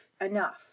enough